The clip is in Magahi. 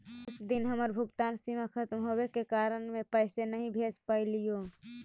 उस दिन हमर भुगतान सीमा खत्म होवे के कारण में पैसे नहीं भेज पैलीओ